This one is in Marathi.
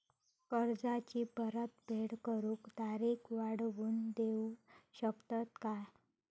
कर्जाची परत फेड करूक तारीख वाढवून देऊ शकतत काय?